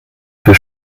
für